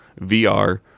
VR